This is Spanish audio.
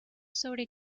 sobre